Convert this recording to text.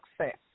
success